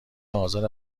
آزار